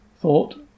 thought